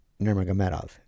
Nurmagomedov